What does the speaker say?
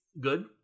good